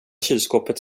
kylskåpet